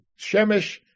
Shemesh